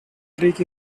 creek